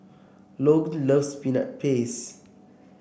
Logan loves Peanut Paste